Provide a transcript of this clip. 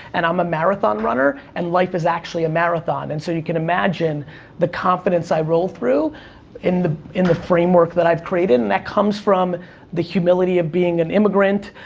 and i'm a marathon runner, and life is actually a marathon. and so you can imagine the confidence i roll through in the in the framework that i've created, and that comes from the humility of being an immigrant,